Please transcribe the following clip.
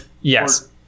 Yes